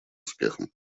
успехом